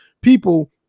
people